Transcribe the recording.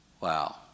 Wow